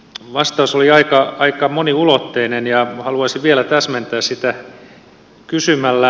vastaus oli aika moniulotteinen ja haluaisin vielä täsmentää sitä kysymällä